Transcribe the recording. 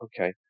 okay